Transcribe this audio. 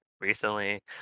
recently